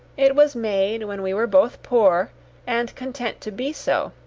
it was made when we were both poor and content to be so,